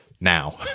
now